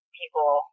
people